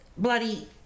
Bloody